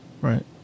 Right